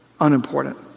unimportant